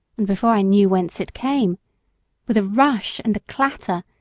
and before i knew whence it came with a rush and a clatter,